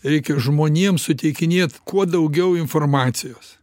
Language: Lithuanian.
reikia žmonėms suteikinėt kuo daugiau informacijos